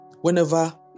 whenever